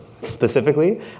specifically